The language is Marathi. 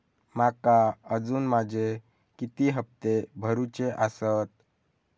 माका अजून माझे किती हप्ते भरूचे आसत?